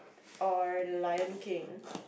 or Lion-King